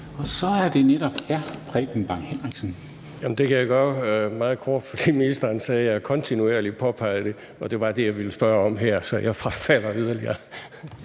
Bang Henriksen. Kl. 13:34 Preben Bang Henriksen (V): Jamen det kan jeg gøre meget kort. Ministeren sagde, at jeg kontinuerligt påpeger det, og det var bare det, jeg ville spørge til her. Så jeg frafalder yderligere